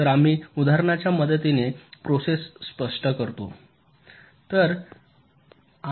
तर आम्ही उदाहरणाच्या मदतीने प्रोसेस स्पष्ट करतो